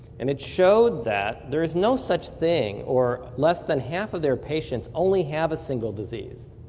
and it showed that there is no such thing or less than half of their patients only have a single disease.